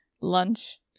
lunch